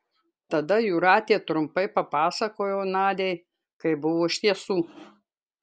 tada jūratė trumpai papasakojo nadiai kaip buvo iš tiesų